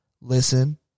listen